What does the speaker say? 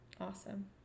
Awesome